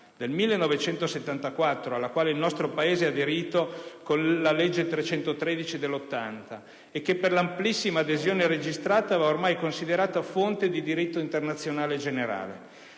del 1974, alla quale il nostro Paese ha aderito con la legge n. 313 del 1980, e che, per l'amplissima adesione registrata, va ormai considerata fonte di diritto internazionale generale.